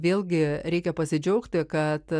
vėlgi reikia pasidžiaugti kad